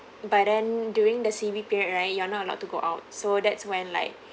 but then during the C_B period right you're not allowed to go out so that's when like